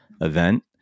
event